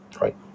right